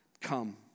come